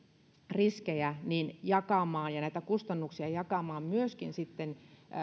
riskejä jakamaan ja kustannuksia jakamaan myöskin